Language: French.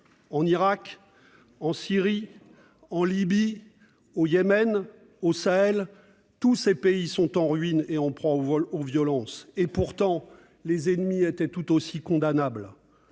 en Irak ? en Syrie ? en Libye ? au Yémen ? au Sahel ? Tous ces pays sont en ruine et en proie aux violences. Pourtant, les ennemis étaient tout aussi condamnables.